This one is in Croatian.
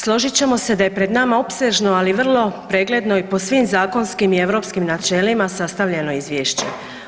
Složit ćemo se da je pred nama opsežno ali vrlo pregledno i po svim zakonskim i europskim načelima sastavljeno izvješće.